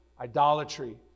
idolatry